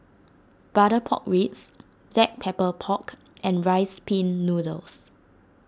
Butter Pork Ribs Black Pepper Pork and Rice Pin Noodles